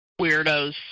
weirdos